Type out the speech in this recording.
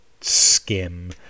skim